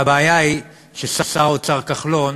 והבעיה היא ששר האוצר כחלון,